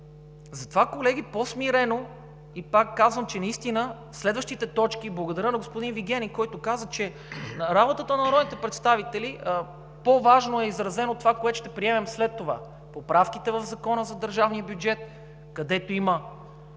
Затова, колеги, по смирено! И пак казвам, че наистина следващите точки, благодаря на господин Вигенин, който каза, че в работата на народните представители по-важно изразено е това, което ще приемем след това – поправките в Закона за държавния бюджет, където има